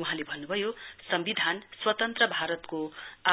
वहाँले भन्नुभयो सम्बिधान स्वतन्त्र भारतको